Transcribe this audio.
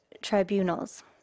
tribunals